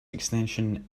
extension